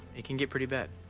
it can get pretty bad.